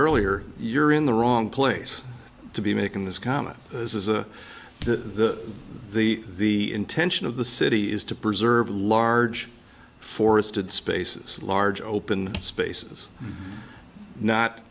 earlier you're in the wrong place to be making this comma this is a the the the intention of the city is to preserve large forested spaces large open spaces not